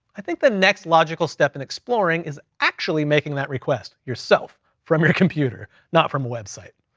i think the next logical step in exploring is actually making that request yourself from your computer, not from a website.